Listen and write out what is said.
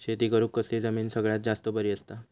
शेती करुक कसली जमीन सगळ्यात जास्त बरी असता?